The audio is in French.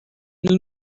nous